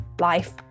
life